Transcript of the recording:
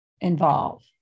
involve